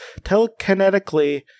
telekinetically